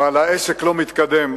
אבל העסק לא מתקדם.